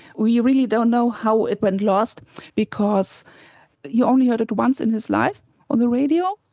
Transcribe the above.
well you really don't know how it went lost because you only heard it once in his life on the radio.